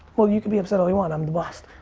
well, you can be upset all you want. i'm the boss.